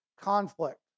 conflict